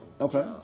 Okay